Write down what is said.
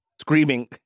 screaming